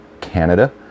Canada